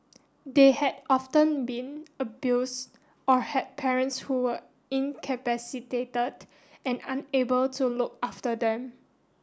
they had often been abused or had parents who were incapacitated and unable to look after them